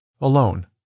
alone